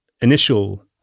initial